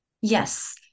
Yes